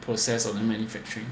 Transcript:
process of manufacturing